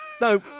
No